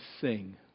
sing